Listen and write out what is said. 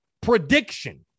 prediction